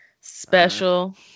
special